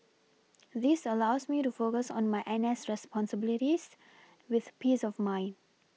this allows me to focus on my N S responsibilities with peace of mind